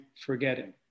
forgetting